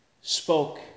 spoke